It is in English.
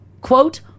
quote